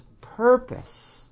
purpose